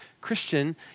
Christian